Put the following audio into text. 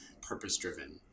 purpose-driven